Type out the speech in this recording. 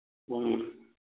ꯎꯝ